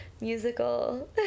musical